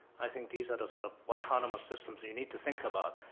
i think these are the sort of autonomous systems you need to think about.